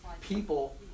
people